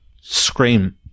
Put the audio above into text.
Scream